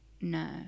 No